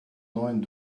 neuen